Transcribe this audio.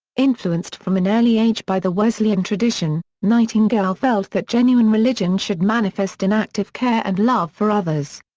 influenced from an early age by the wesleyan tradition, nightingale felt that genuine religion should manifest in active care and love for others.